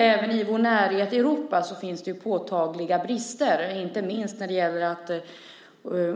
Även i vår närhet i Europa finns det påtagliga brister inte minst när det gäller att